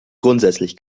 grundsätzlich